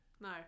No